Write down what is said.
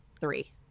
Three